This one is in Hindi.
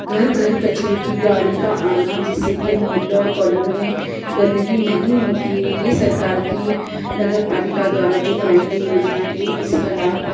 घर घर कचरे की गाड़ी का आना जिससे मुहल्ले और कॉलोनी में गन्दगी नहीं होती है में यह सरकार की नगर पालिका द्वारा जो बनाई गई योजना यह इसका लाभ